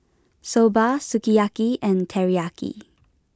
Soba Sukiyaki and Teriyaki